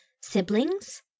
siblings